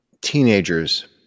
teenagers